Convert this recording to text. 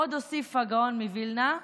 עוד הוסיף הגאון מווילנה,